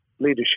leadership